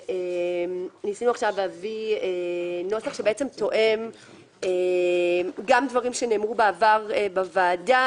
ניסינו להביא נוסח שתואם דברים שנאמרו בעבר בוועדה